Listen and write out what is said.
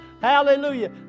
Hallelujah